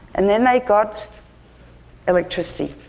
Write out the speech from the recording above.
and then they got electricity.